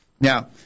Now